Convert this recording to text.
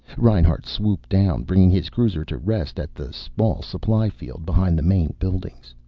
reinhart swooped down, bringing his cruiser to rest at the small supply field behind the main buildings.